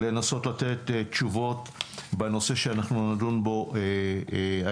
ולנסות לתת תשובות בנושא שאנחנו נדון בו היום.